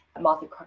Martha